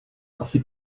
asi